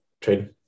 Trade